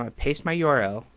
um paste my url,